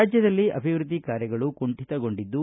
ರಾಜ್ಯದಲ್ಲಿ ಅಭಿವೃದ್ಧಿ ಕಾರ್ಯಗಳು ಕುಂಠಿತಗೊಂಡಿದ್ದು